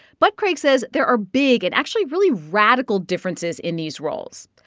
but, craig says, there are big and actually really radical differences in these roles.